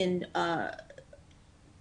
מעורבת